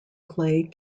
clay